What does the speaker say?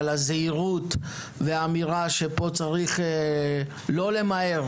על הזהירות וגם על האמירה שצריך לא למהר,